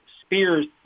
Spears